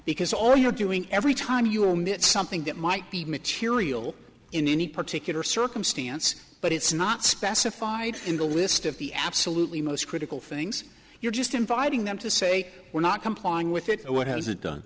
because all you're doing every time you omit something that might be material in any particular circumstance but it's not specified in the list of the absolutely most critical things you're just inviting them to say we're not complying with it what has it done